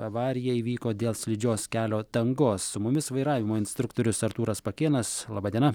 avarija įvyko dėl slidžios kelio dangos su mumis vairavimo instruktorius artūras pakėnas laba diena